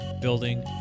building